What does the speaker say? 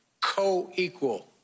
Co-equal